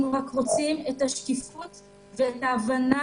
אנחנו רק רוצים את השקיפות ואת ההבנה,